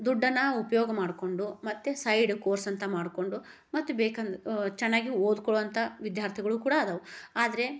ದುಡ್ಡನ್ನು ಉಪಯೋಗ ಮಾಡಿಕೊಂಡು ಮತ್ತು ಸೈಡ್ ಕೋರ್ಸ್ ಅಂತ ಮಾಡಿಕೊಂಡು ಮತ್ತು ಬೇಕಂದ್ ಚೆನ್ನಾಗಿ ಓದಿಕೊಳ್ಳೊ ಅಂಥ ವಿದ್ಯಾರ್ಥಿಗಳು ಕೂಡ ಅದಾವ ಆದರೆ